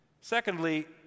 Secondly